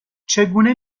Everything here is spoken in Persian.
چگونه